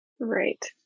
Right